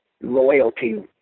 loyalty